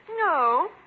No